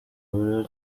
buriho